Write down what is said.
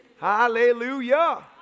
Hallelujah